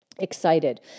excited